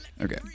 Okay